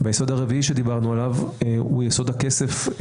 היסוד הרביעי עליו דיברנו הוא יסוד הכסף,